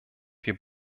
wir